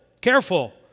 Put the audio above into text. careful